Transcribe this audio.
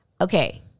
Okay